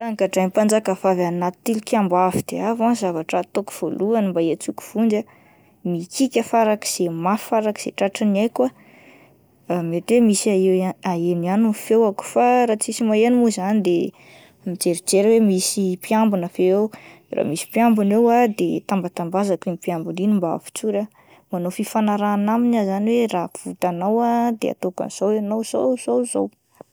Raha nogadrainy mpanjaka vavy anaty tilikambo avo dia avo ah ny zavatra ataoko voalohan'ny mba hiantsoko vonjy ah, mihikika farak'izay mafy farak'izay tratriny aiko ah, mety hoe isy aeo-aheno ihany ny feoko fa raha tsisy maheno mo zany de mijerijery aho hoe misy mpiambina ve eo? De raha misy mpiambina eo ah de tambatambazako iny mpiambina iny mba avotsory aho, manao fifanarahana aminy aho izany hoe raha avotanao aho ah de ataoko an'izao ianao, zao zao zao...